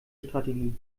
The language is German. strategie